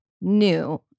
new